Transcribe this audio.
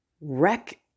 wreck